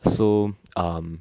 so um